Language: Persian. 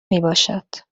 میباشد